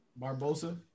Barbosa